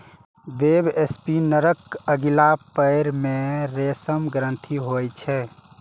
वेबस्पिनरक अगिला पयर मे रेशम ग्रंथि होइ छै